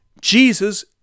Jesus